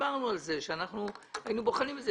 דיברנו על כך שהיינו בוחנים את זה.